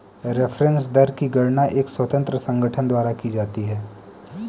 reference दर की गणना एक स्वतंत्र संगठन द्वारा की जाती है